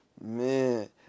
man